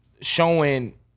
showing